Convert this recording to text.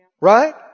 right